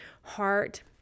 heart